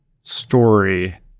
story